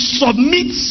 submit